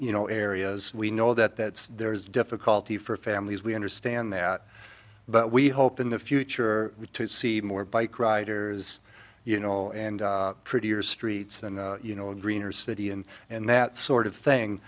you know areas we know that there is difficulty for families we understand that but we hope in the future to see more bike riders you know and prettier streets and you know a greener city and and that sort of thing